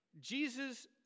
jesus